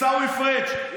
עיסאווי פריג',